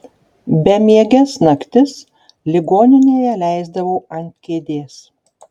bemieges naktis ligoninėje leisdavau ant kėdės